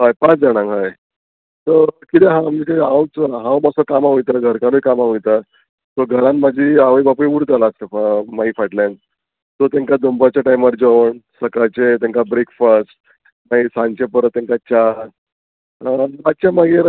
हय पांच जाणांक हय सो किदें आहा आमचे हांव हांव मातसो कामां वयतलो घरकान्नूय कामां वयता सो घरान म्हाजी आवय बापूय उरता आसता मागीर फाटल्यान सो तेंकां दोनपाच्या टायमार जेवण सकाळचें तेंकां ब्रेकफास्ट मागीर सांजचे परत तेंकां च्या मात्शें मागीर